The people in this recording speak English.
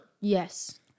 Yes